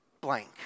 blank